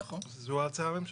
נכון, זו ההצעה הממשלתית.